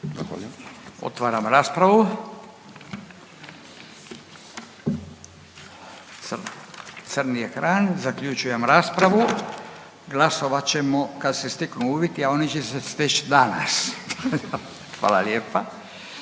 Otvaram raspravu. Crni ekran, zaključujem raspravu, glasovat ćemo kad se steknu uvjeti, a oni će se steći danas. Hvala lijepa.